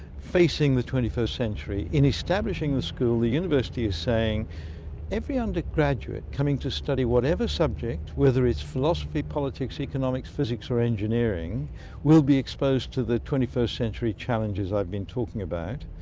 facing the twenty first century. in establishing the school, the university is saying every undergraduate coming to study whatever subject, whether it's philosophy, politics, economics, physics or engineering will be exposed to the twenty first century challenges i've been talking about,